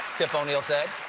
tip o'neill said.